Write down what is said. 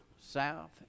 south